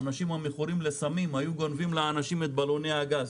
האנשים המכורים לסמים היו גונבים לאנשים את בלוני הגז,